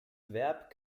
verb